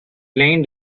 plain